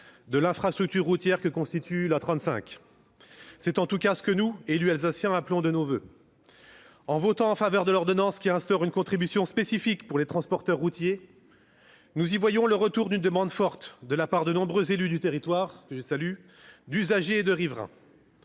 de l'infrastructure routière que constitue l'A35 ? C'est en tout cas ce que nous, élus alsaciens, appelons de nos voeux. Voter en faveur de l'ordonnance qui instaure une contribution spécifique pour les transporteurs routiers permettra de répondre à une demande forte de la part de nombreux élus du territoire, que je salue, d'usagers et de riverains.